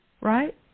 right